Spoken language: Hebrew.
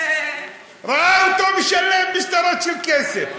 ראה אותו משלם בשטרות של כסף.